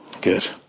Good